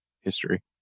history